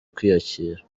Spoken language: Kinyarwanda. kwiyakira